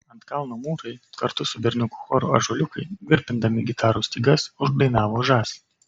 ant kalno mūrai kartu su berniukų choru ąžuoliukai virpindami gitarų stygas uždainavo žas